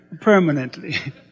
permanently